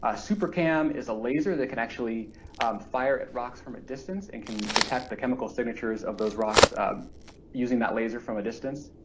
ah supercam is a laser that can actually fire at rocks from a distance and can detect the chemical signatures of those rocks um using that laser from a distance.